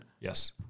Yes